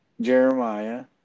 Jeremiah